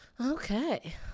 Okay